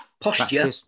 posture